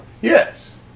Yes